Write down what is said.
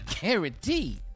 Guaranteed